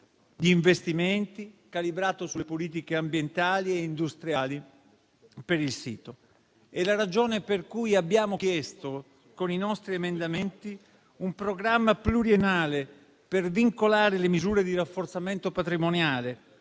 di investimenti calibrato sulle politiche ambientali e industriali per il sito. È la ragione per cui abbiamo chiesto, con i nostri emendamenti, un programma pluriennale per vincolare le misure di rafforzamento patrimoniale;